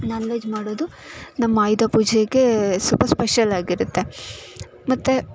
ನಾನ್ veg ಮಾಡೋದು ನಮ್ಮ ಆಯುಧ ಪೂಜೆಗೆ ಸೊಲ್ಪ ಸ್ಪೆಷಲ್ ಆಗಿರುತ್ತೆ ಮತ್ತು